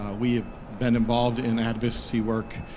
ah we have been involved in advocacy work,